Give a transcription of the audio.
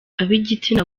ab’igitsina